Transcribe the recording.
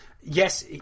yes